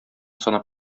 санап